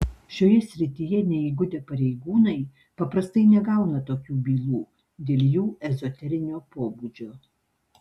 šioje srityje neįgudę pareigūnai paprastai negauna tokių bylų dėl jų ezoterinio pobūdžio